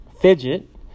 fidget